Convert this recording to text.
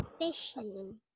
fishing